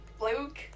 Luke